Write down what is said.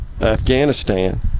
Afghanistan